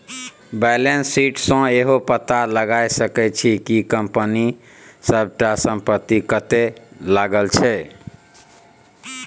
balance sheet सँ इहो पता लगा सकै छी कि कंपनी सबटा संपत्ति कतय लागल छै